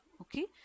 Okay